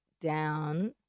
down